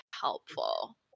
helpful